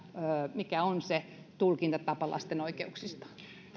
mikä on se tulkintatapa lasten oikeuksista